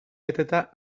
beteta